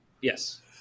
Yes